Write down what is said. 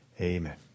Amen